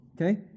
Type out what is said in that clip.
okay